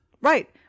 Right